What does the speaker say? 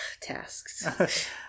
Tasks